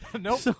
nope